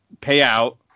payout